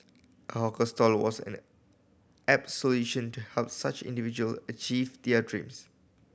a hawker stall was an apt solution to help such individual achieve their dreams